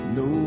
no